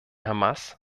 hamas